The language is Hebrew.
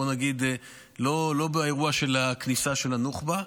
בואו נגיד, לא באירוע של הכניסה של הנוח'בה,